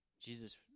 Jesus